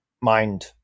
mind